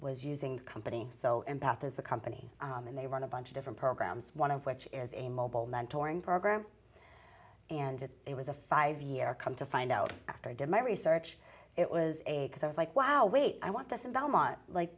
was using company so empath is the company and they run a bunch of different programs one of which is a mobile mentor in program and it was a five year come to find out after did my research it was because i was like wow wait i want this in belmont